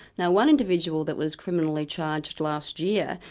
now one individual that was criminally charged last year,